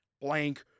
blank